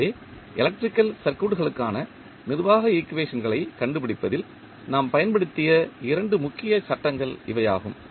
எனவே எலக்ட்ரிக்கல் சர்க்யூட்களுக்கான நிர்வாக ஈக்குவேஷன்களைக் கண்டுபிடிப்பதில் ஆம் பயன்படுத்திய இரண்டு முக்கிய சட்டங்கள் இவையாகும்